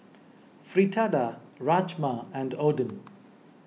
Fritada Rajma and Oden